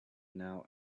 now